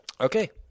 okay